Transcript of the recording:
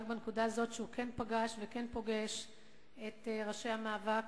רק בנקודה הזאת: הוא כן פגש וכן פוגש את ראשי המאבק,